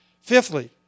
Fifthly